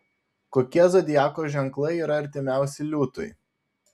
kokie zodiako ženklai yra artimiausi liūtui